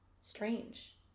strange